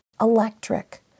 electric